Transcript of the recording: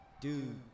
Dude